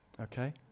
Okay